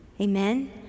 amen